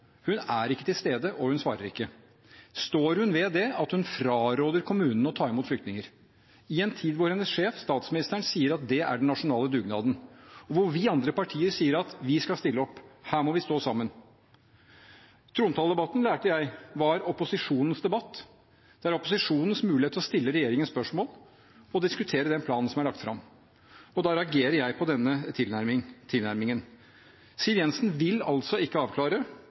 Hun er ikke til stede, og hun svarer ikke. Står hun ved det at hun fraråder kommunene å ta imot flyktninger i en tid da hennes sjef, statsministeren, sier at det er den nasjonale dugnaden, og hvor vi andre partier sier at vi skal stille opp, her må vi stå sammen? Trontaledebatten lærte jeg var opposisjonens debatt. Det er opposisjonens mulighet til å stille regjeringen spørsmål og diskutere den planen som er lagt fram, og da reagerer jeg på denne tilnærmingen. Siv Jensen vil altså ikke avklare,